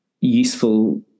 useful